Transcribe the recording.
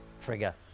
trigger